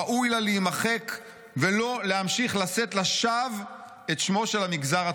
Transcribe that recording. ראוי לה להימחק ולא להמשיך לשאת לשווא את שמו של המגזר התורם."